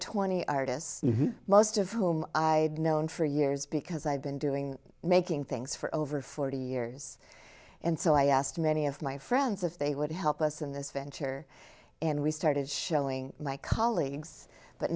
twenty artists most of whom i've known for years because i've been doing making things for over forty years and so i asked many of my friends if they would help us in this venture and we started showing my colleagues but